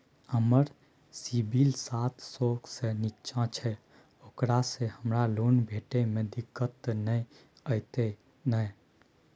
हमर सिबिल सात सौ से निचा छै ओकरा से हमरा लोन भेटय में दिक्कत त नय अयतै ने?